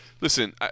listen